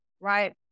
right